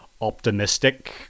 optimistic